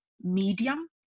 medium